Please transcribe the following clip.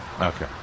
Okay